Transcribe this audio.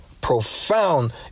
profound